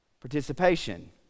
participation